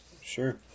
Sure